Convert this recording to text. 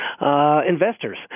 investors